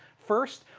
first,